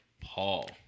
Paul